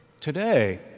Today